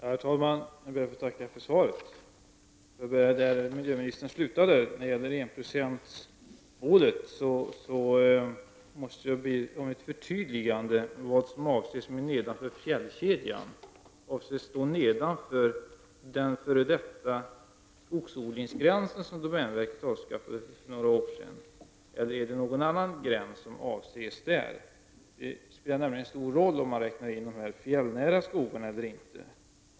Herr talman! Jag ber att få tacka för svaret. Låt mig börja där miljöministern slutade, nämligen med frågan om enprocentsmålet. Jag måste där be om ett förtydligande. Vad avses med ”nedanför fjällkedjan”? Avses då nedanför den f.d. skogsodlingsgräns som domänverket avskaffade för några år sedan, eller är det någon annan gräns som avses? Det spelar nämligen en stor roll om man räknar in de fjällnära skogarna eller inte.